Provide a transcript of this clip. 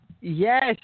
Yes